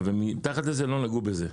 מתחת לזה לא נגעו בזה,